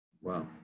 Wow